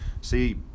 see